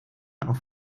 auf